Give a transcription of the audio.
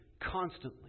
constantly